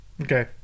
Okay